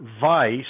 vice